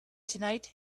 tonight